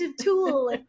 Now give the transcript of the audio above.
tool